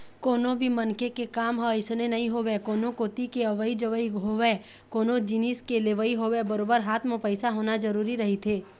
कोनो भी मनखे के काम ह अइसने नइ होवय कोनो कोती के अवई जवई होवय कोनो जिनिस के लेवई होवय बरोबर हाथ म पइसा होना जरुरी रहिथे